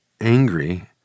angry